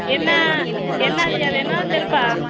என்ன என்னதுய்யா வேணும் செருப்பா